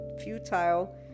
futile